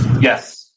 Yes